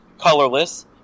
colorless